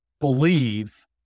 believe